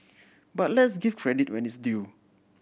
but let's give credit where it is due